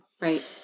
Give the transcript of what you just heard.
Right